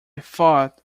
thought